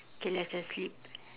K let's just sleep